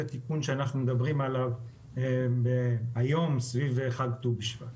התיקון שאנחנו מדברים עליו היום סביב חג ט"ו בשבט.